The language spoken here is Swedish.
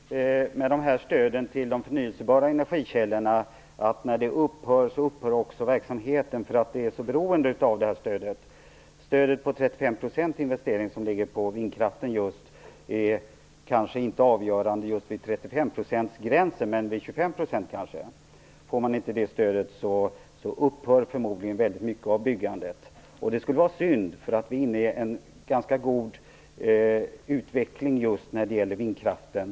Herr talman! Problemet med stödet till de förnybara energikällorna är att när stödet upphör så upphör också verksamheten, eftersom den är så beroende av stödet. Stödet på 35 % till investeringar i vindkraft är kanske inte avgörande, men det kanske skulle vara det om stödet låg på 25 %. Får man inte det stödet upphör förmodligen väldigt mycket av byggandet, och det skulle vara synd, för vi är inne i en ganska god utveckling när det gäller vindkraften.